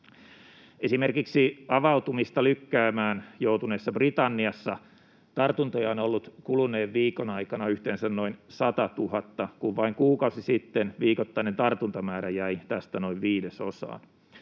Esimerkiksi avautumista lykkäämään joutuneessa Britanniassa tartuntoja on ollut kuluneen viikon aikana yhteensä noin 100 000, kun vain kuukausi sitten viikoittainen tartuntamäärä jäi tästä noin viidesosaan.